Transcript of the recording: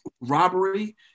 robbery